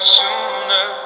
sooner